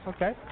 Okay